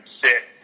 sit